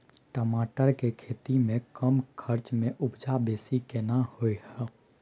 टमाटर के खेती में कम खर्च में उपजा बेसी केना होय है?